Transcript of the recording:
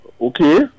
Okay